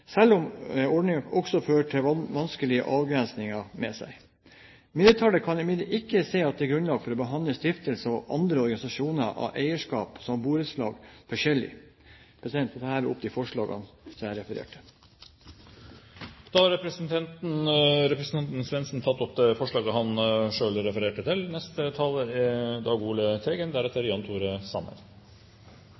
selv om ordningen også fører vanskelige avgrensninger med seg. Mindretallet kan imidlertid ikke se at det er grunnlag for å behandle stiftelser og andre organiseringer av eierskap, som borettslag, forskjellig. Jeg tar herved opp det forslaget jeg refererte til. Representanten Kenneth Svendsen har tatt opp det forslaget han refererte til.